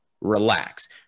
Relax